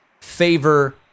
favor